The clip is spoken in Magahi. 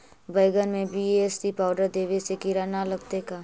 बैगन में बी.ए.सी पाउडर देबे से किड़ा न लगतै का?